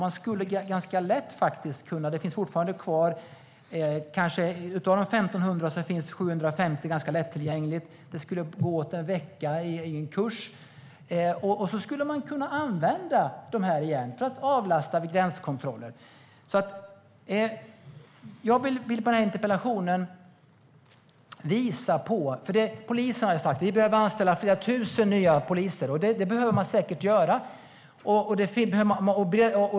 Av de 1 500 är 750 lättillgängliga. En vecka skulle gå åt för en kurs, och sedan skulle de kunna användas igen för att avlasta vid gränskontroller. Polisen har sagt att man behöver anställa flera tusen nya poliser. Det behöver man säkert göra.